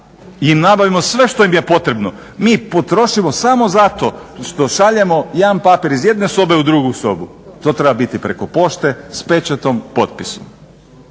da im nabavimo sve što im je potrebno. Mi potrošimo samo zato što šaljemo jedan papir iz jedne sobe u drugu sobu. To treba biti preko pošte s pečatom, potpisom.